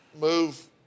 move